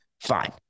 fine